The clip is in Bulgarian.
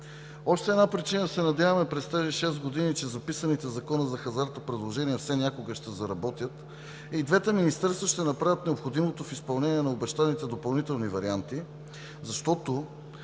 Още една причина да се надяваме през тези шест години, че записаните в Закона за хазарта предложения все някога ще заработят и двете министерства ще направят необходимото за изпълнение на обещаните допълнителни варианти, защото